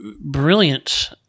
brilliant